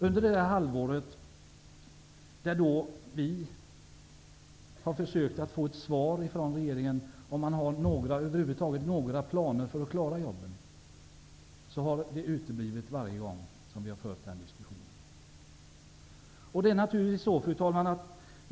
Under detta halvår har svaren uteblivit varje gång diskussionen har förts.